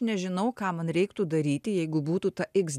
nežinau ką man reiktų daryti jeigu būtų ta iks